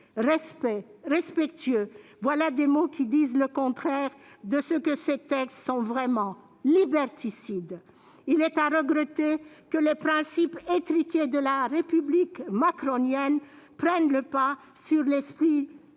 Respect »,« respectueux », voilà des mots qui disent le contraire de ce que ces textes sont vraiment : liberticides. Il est à regretter que les principes étriqués de la République macronienne prennent le pas sur l'esprit de